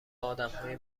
آدمهای